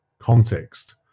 context